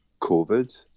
COVID